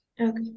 Okay